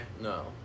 No